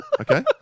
Okay